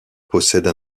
possèdent